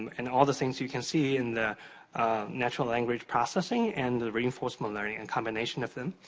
um and all the things you can see in the natural language processing and reinforceable learning and combination of them.